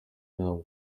nabo